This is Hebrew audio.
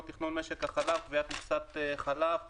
תכנון משק החלב (קביעת מכסת חלב)(תיקון),